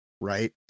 Right